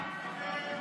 בעד,